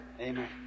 Amen